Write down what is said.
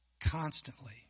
Constantly